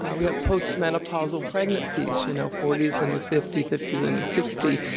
um we have post-menopausal pregnancies. you know forty is the new fifty, fifty is the new sixty.